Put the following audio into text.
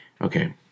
Okay